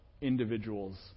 individuals